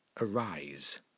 Arise